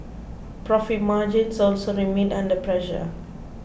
profit margins also remained under pressure